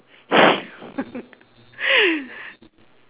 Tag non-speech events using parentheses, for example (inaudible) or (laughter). (laughs)